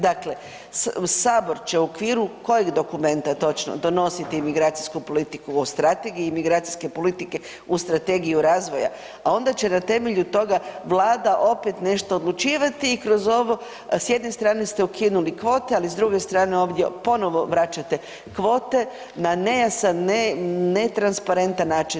Dakle, sabor će u okviru kojeg dokumenta točno donositi imigracijsku politiku o strategiji i imigracijske politike u strategiju razvoja, a ona će na temelju toga Vlada opet nešto odlučivati i kroz ovo s jedne strane ste ukinuli kvote, ali s druge strane ovdje ponovo vraćate kvote na nejasan, netransparentan način.